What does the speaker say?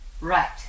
Right